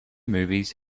movies